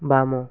ବାମ